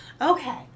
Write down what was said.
Okay